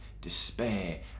despair